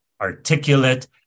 articulate